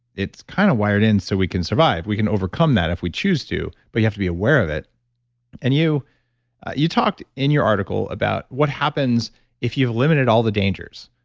it's kind of wired in so we can survive. we can overcome that if we choose to, but you have to be aware of it and you you talked in your article about what happens if you've limited all the dangers.